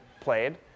played